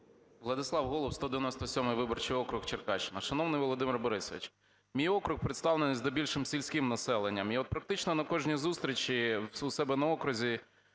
Владислав Голуб, 197 виборчий округ, Черкащина. Шановний Володимир Борисович, мій округ представлений здебільшого сільським населенням. І от практично на кожній зустрічі у себе на окрузі